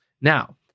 Now